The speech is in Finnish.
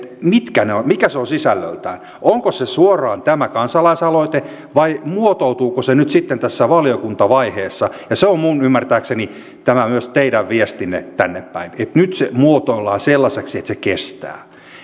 mitkä ne ovat sisällöltään onko se sisältö suoraan tämä kansalaisaloite vai muotoutuuko se nyt sitten tässä valiokuntavaiheessa ja se on minun ymmärtääkseni myös tämä teidän viestinne tännepäin että nyt se muotoillaan sellaiseksi että se kestää